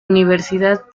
universidad